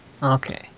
Okay